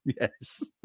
Yes